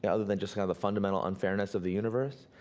yeah other than just kind of the fundamental unfairness of the universe.